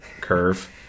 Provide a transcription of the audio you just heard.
curve